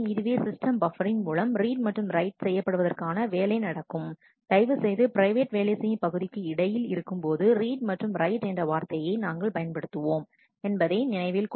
மற்றும் இதுவே சிஸ்டம் பப்பரின் மூலம் ரீட் மற்றும் ரைட் செய்யப்படுவதற்கான வேலை நடக்கும் தயவுசெய்து பிரைவேட் வேலை செய்யும்பகுதிக்கு இடையில் இருக்கும்போது ரீட் மற்றும் ரைட் என்ற வார்த்தையை நாங்கள் பயன்படுத்துவோம் என்பதை நினைவில் கொள்க